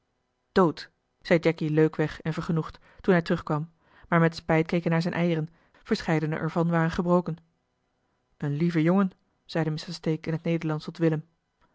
dood zei jacky leukweg en vergenoegd toen hij terugkwam maar met spijt keek hij naar zijne eieren verscheidene er van waren gebroken een lieve jongen zeide mr stake in het nederlandsch tot willem